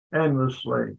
endlessly